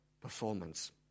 performance